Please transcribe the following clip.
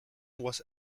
was